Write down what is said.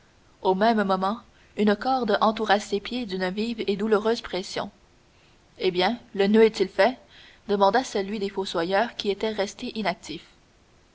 au même moment une corde entoura ses pieds d'une vive et douloureuse pression eh bien le noeud est-il fait demanda celui des fossoyeurs qui était resté inactif